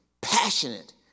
passionate